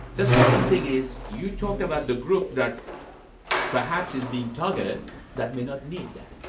the second thing is you talk about the group that perhaps is being targeted that may not need that.